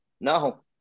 no